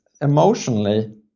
emotionally